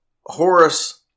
Horace